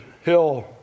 hill